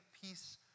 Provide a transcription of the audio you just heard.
peace